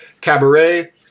Cabaret